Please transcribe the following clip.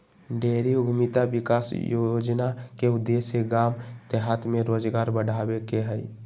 dairy उद्यमिता विकास योजना के उद्देश्य गाम देहात में रोजगार बढ़ाबे के हइ